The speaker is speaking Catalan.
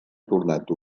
tornat